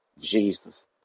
Jesus